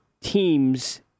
teams